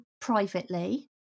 privately